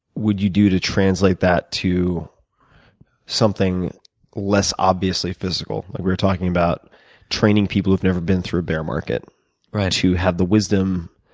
would you do to translate that to something less obviously physical like we were talking about training people who have never been through a bear market to have the wisdom